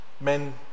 men